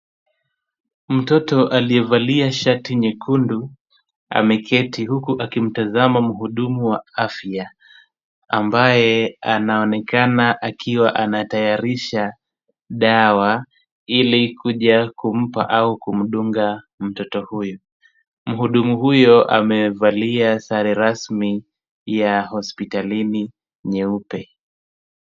Mtoto aliyevalia shati nyekundu, ameketi huku akimtazama mhudumu wa afya ambaye anaonekana akiwa anatayarisha dawa ili kuja kumpa au kumdunga mtoto huyu. Mhudumu huyo amevalia sare rasmi ya hospitalini nyeupe.